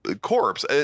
corpse